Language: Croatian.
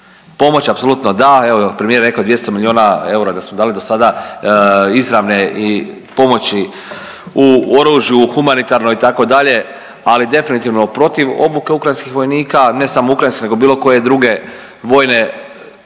Pomoć apsolutno da, evo, premijer je rekao 200 milijuna eura da smo dali do sada izravne i pomoći u oružju, u humanitarnoj, itd., ali definitivno protiv obuke ukrajinskih vojnika, ne samo ukrajinskih nego bilo koje druge vojne